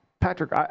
Patrick